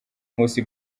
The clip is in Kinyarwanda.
nkusi